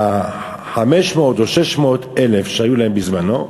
ה-500,000 או 600,000 שהיו להם בזמנו,